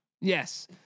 Yes